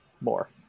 more